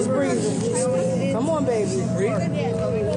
וזה אומר שכולנו מכירים אנשים מכורים,